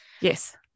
Yes